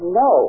no